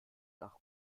nach